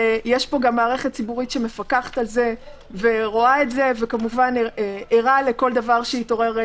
ויש פה גם מערכת ציבורית שמפקחת על זה וכמובן ערה לכל דבר שיתעורר,